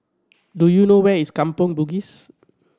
do you know where is Kampong Bugis